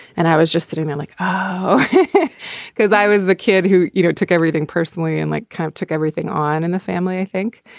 and i was just sitting there like oh because i was the kid who you know took everything personally and like kind of took everything on in the family i think.